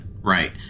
right